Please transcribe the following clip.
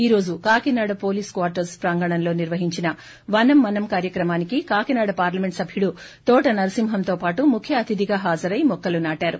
ఈ రోజు Kakinada police quarters ప్రాంగణంలో నిర్వహించిన వనం మనం కార్యక్రమానికి కాకినాడపార్లమెంట్ సభ్యుడు తోట నరసింహంతో పాటు ముఖ్య అతిథిగా హాజరై మొక్కలు నాటారు